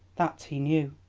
that he knew,